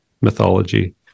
mythology